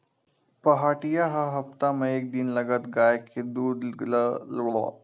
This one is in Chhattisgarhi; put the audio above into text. पहाटिया ह हप्ता म एक दिन लगत गाय के दूद ल लेगथे बरवाही के रुप म बाकी दिन के दूद ल दुहू के किसान ल देथे जेखर गाय हरय